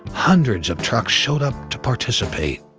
hundreds of trucks showed up to participate.